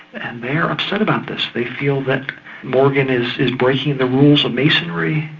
and they're upset about this, they feel that morgan is is breaking the rules of masonry,